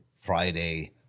Friday